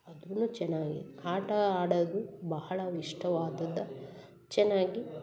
ಅದೂ ಚೆನ್ನಾಗಿ ಆಟ ಅದೊಂದು ಬಹಳ ಇಷ್ಟವಾದ ಚೆನ್ನಾಗಿ